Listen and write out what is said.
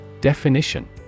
Definition